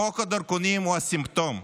חוק הדרכונים הוא הסימפטום.